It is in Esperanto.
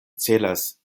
celas